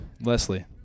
Leslie